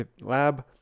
Lab